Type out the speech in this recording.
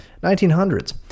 1900s